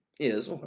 is,